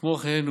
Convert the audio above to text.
כמו כן,